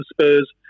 Spurs